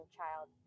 child